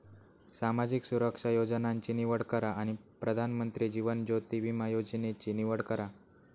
सामाजिक सुरक्षा योजनांची निवड करा आणि प्रधानमंत्री जीवन ज्योति विमा योजनेची निवड करा